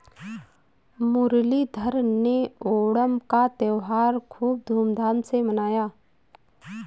मुरलीधर ने ओणम का त्योहार खूब धूमधाम से मनाया